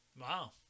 Wow